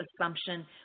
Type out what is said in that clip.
assumption